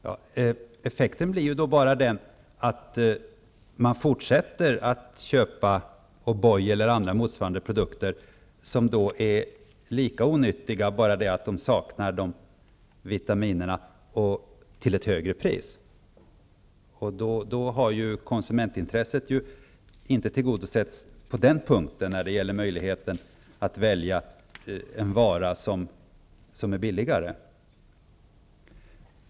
Herr talman! Effekten blir bara den att man fortsätter att köpa O'Boy eller motsvarande produkter som är lika onyttiga men som saknar dessa vitaminer och har ett högre pris. Då har konsumentintresset inte tillgodosetts vad avser möjligheten att välja en vara som är billigare.